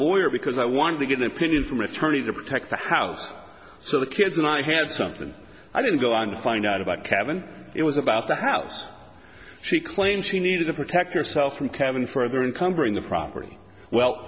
lawyer because i wanted to get opinions from attorney to protect the house so the kids and i had something i didn't go on to find out about cabin it was about the house she claimed she needed to protect yourself from cabin further income during the property well